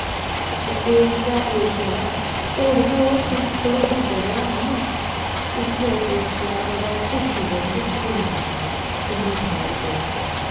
ते पेस्ट दा एह् इ'यै ना होर ते होर थोह्ड़ा नेहा जले दा होऐ ना ते ओह् उत्थै लाई ओड़ो ओह् पुथियां पौंदियां ओह्बी निं पौंदियां न इन्नी शैल पेस्ट ऐ